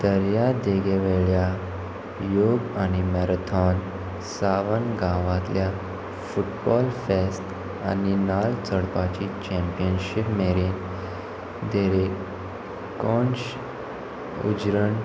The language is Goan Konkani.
दर्यागेगे वयल्या योग आनी मेराथोन सावन गांवांतल्या फुटबॉल फेस्त आनी नल चडपाची चॅप्पियनशीप मेरेन तेरेक कौश उजिरण